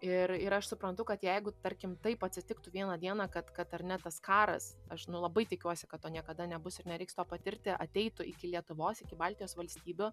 ir ir aš suprantu kad jeigu tarkim taip atsitiktų vieną dieną kad kad ar ne tas karas aš nu labai tikiuosi kad to niekada nebus ir nereiks to patirti ateitų iki lietuvos iki baltijos valstybių